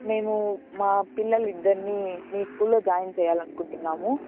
మేము మా పిల్లలు ఇద్దరిని మీ స్కూల్లో జాయిన్ చేయాలి అనుకుంటున్నాము